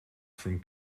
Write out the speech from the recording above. from